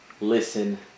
listen